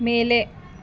ಮೇಲೆ